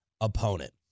opponent